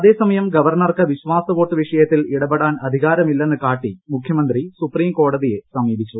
അതേസമയം ഗവർണർക്ക് വിശ്വാസ വോട്ട് വിഷയത്തിൽ ഇടപെടാൻ അധികാരമില്ലെന്ന് കാട്ടി മുഖ്യമന്ത്രി സുപ്രീംകോടതിയെ സമീപിച്ചു